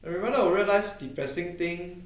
I remember I realise depressing thing